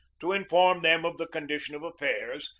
to inform them of the condition of affairs,